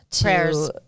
Prayers